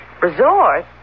Resort